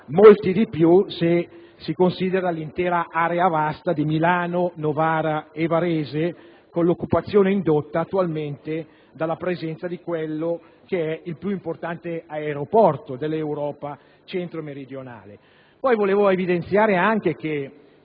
molti di più se si considera l'intera area vasta di Milano, Novara e Varese e l'occupazione indotta dalla presenza di quello che è il più importante aeroporto dell'Europa centro‑meridionale. Desidero inoltre evidenziare che da